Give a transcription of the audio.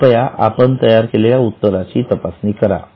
कृपया आपण तयार केलेल्या उत्तराची तपासणी करा